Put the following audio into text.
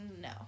no